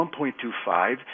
1.25